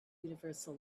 universal